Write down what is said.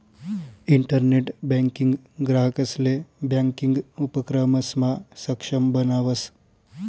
internet banking ग्राहकंसले banking उपक्रमसमा सक्षम बनावस